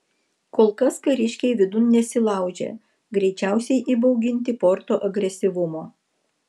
kol kas kariškiai vidun nesilaužė greičiausiai įbauginti porto agresyvumo